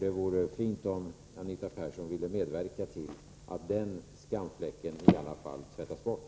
Det vore fint om Anita Persson ville medverka till att i alla fall den skamfläcken tvättas bort.